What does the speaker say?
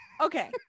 Okay